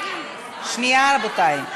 שנייה, רבותי.